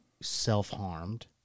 self-harmed